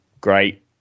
great